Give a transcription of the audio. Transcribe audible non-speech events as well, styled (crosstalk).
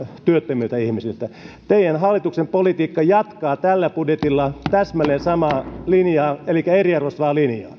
työttömiltä ihmisiltä teidän hallituksenne politiikka jatkaa tällä budjetilla täsmälleen samaa linjaa elikkä eriarvoistavaa linjaa (unintelligible)